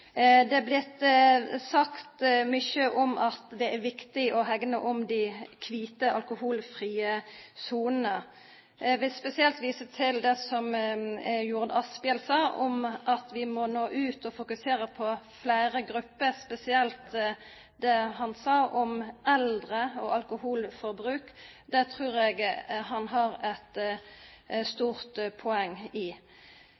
Det er blitt sagt mykje om at det er viktig å hegna om dei kvite, alkoholfrie sonene. Eg vil spesielt visa til det som Jorodd Asphjell sa om at vi no må ut og fokusera på fleire grupper, spesielt det han sa om eldre og alkoholforbruk. Der trur eg han har eit